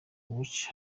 which